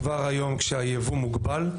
כבר היום כשהייבוא מוגבל,